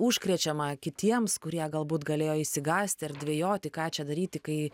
užkrečiama kitiems kurie galbūt galėjo išsigąsti ar dvejoti ką čia daryti kai